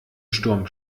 sturm